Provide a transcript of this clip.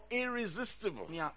irresistible